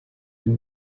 den